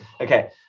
Okay